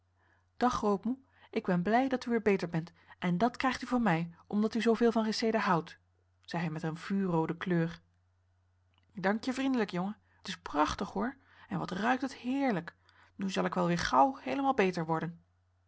dag grootmoe ik ben blij dat u weer beter bent en dat krijgt u van mij omdat u zoo veel van reseda houdt zei hij met een vuurroode kleur ik dank je vriendelijk jongen het is prachtig hoor en wat ruikt het heerlijk nu zal ik wel weer gauw heelemaal beter worden